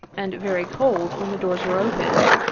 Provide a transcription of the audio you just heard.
and very cold when the doors were open.